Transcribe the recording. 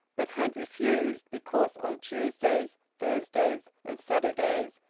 but had refused, because on tuesdays, thursdays, and saturdays,